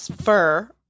fur